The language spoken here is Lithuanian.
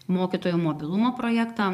mokytojų mobilumo projektą